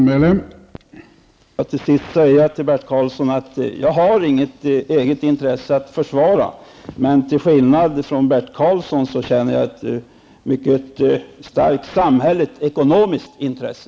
Herr talman! Jag vill till sist säga till Bert Karlsson att jag inte har något egetintresse att försvara. Men till skillnad från Bert Karlsson känner jag ett mycket starkt samhällsekonomiskt intresse.